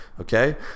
okay